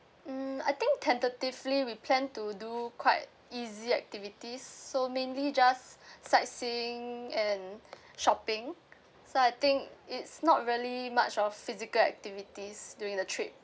um I think tentatively we plan to do quite easy activities so mainly just sightseeing and shopping so I think it's not really much of physical activities during the trip